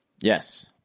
Yes